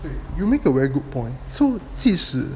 if you make a very good point so 即使